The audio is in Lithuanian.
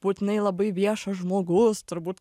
būtinai labai viešas žmogus turbūt